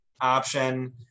option